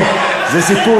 זה סיפור